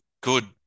good